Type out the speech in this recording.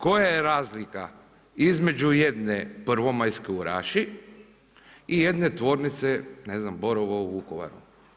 Koja je razlika između jedne prvomajske u Raši i jedne tvornice Borovo u Vukovaru?